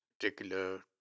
particular